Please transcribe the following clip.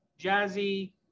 jazzy